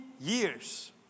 years